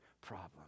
problem